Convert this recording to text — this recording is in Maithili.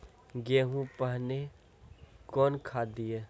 गेहूँ पहने कौन खाद दिए?